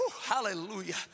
hallelujah